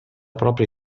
propria